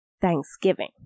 Thanksgiving